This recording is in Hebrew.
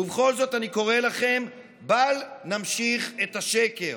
ובכל זאת אני קורא לכם: בל נמשיך את השקר.